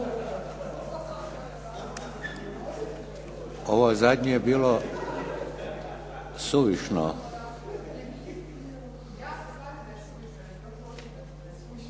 Ovo zadnje je bilo suvišno.